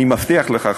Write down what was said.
אני מבטיח לך,